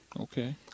Okay